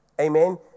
Amen